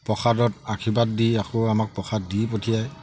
প্ৰসাদত আশীৰ্বাদ দি আকৌ আমাক প্ৰসাদ দি পঠিয়ায়